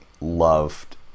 loved